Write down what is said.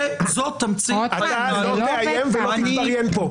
זאת תמצית --- אתה לא תאיים ולא תתבריין פה.